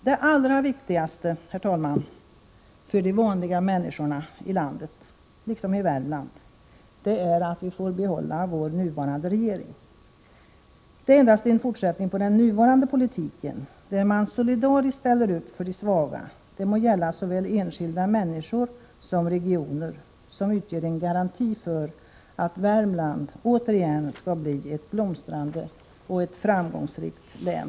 Det allra viktigaste för de vanliga människorna i Värmland, liksom för människorna i hela landet, är att vi får behålla vår nuvarande regering. Det är endast en fortsättning på den nuvarande politiken — där man solidariskt ställer upp för de svaga, det må gälla såväl enskilda människor som regioner — som utgör en garanti för att Värmland återigen skall bli ett blomstrande och framgångsrikt län.